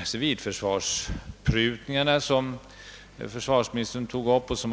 på civilförsvarssidan som försvarsministern omnämnde och som.